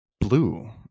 blue